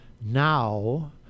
now